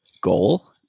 goal